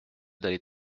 d’aller